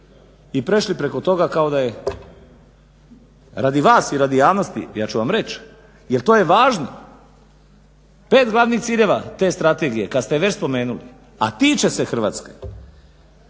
i prešli preko toga kao da je. Radi vas i radi javnosti ja ću vam reći jel to je važno. 5 glavnih ciljeva te strategije kad ste je već spomenuli, a tiče se Hrvatske